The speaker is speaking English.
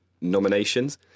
nominations